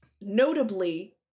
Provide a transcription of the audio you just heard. Notably